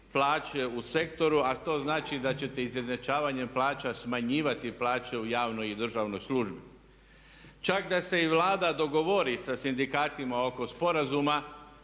plaće u sektoru, a to znači da ćete izjednačavanjem plaća smanjivati plaće u javnoj i državnoj službi. Čak da se i Vlada dogovori sa sindikatima oko sporazuma